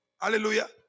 Hallelujah